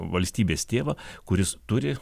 valstybės tėvą kuris turi